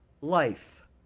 life